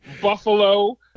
Buffalo